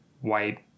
white